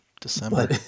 December